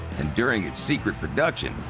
and during its secret production,